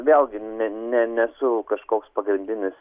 vėlgi ne ne nesu kažkoks pagrindinis